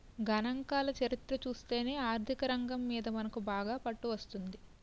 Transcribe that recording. గణాంకాల చరిత్ర చూస్తేనే ఆర్థికరంగం మీద మనకు బాగా పట్టు వస్తుంది